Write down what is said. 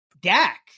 Dak